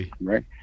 right